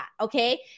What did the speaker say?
Okay